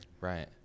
right